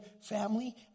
family